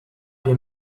wir